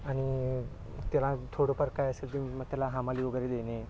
आणि त्याला थोडंफार काय असेल ते मग त्याला हमाली वगैरे देणे